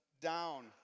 down